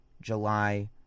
July